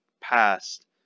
past